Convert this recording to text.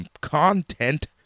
content